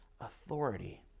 authority